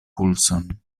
pulson